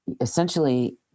essentially